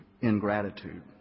ingratitude